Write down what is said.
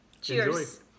Cheers